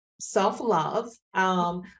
self-love